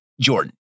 Jordan